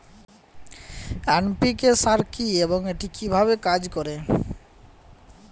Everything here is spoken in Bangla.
এন.পি.কে সার কি এবং এটি কিভাবে কাজ করে?